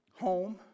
home